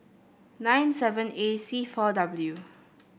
nine seven A C four W